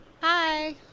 Hi